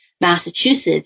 Massachusetts